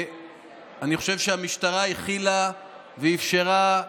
אני חושב שהמשטרה הכילה ואפשרה.